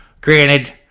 Granted